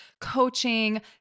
coaching